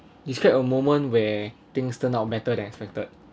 describe a moment where things turn out better than expected